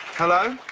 hello?